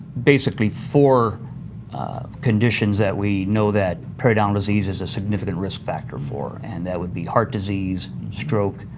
basically four conditions that we know that periodontal disease is a significant risk factor for, and that would be heart disease stroke,